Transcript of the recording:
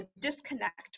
disconnect